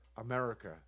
America